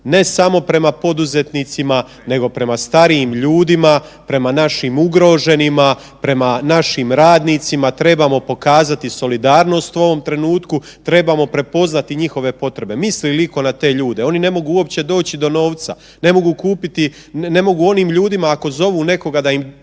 ne samo prema poduzetnicima nego prema starijim ljudima, prema našim ugroženima, prema našim radnicima trebamo pokazati solidarnost u ovom trenutku, trebamo prepoznati njihove potrebe. Mili li iko na te ljude? Oni uopće ne mogu doći do novca, ne mogu kupit, ne mogu onim ljudima ako zovu nekoga da im donese